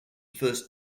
first